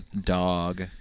dog